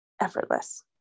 effortless